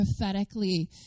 prophetically